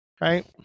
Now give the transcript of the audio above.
right